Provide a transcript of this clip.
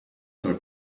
tre